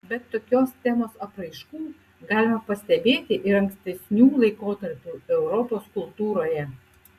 bet tokios temos apraiškų galima pastebėti ir ankstesnių laikotarpių europos kultūroje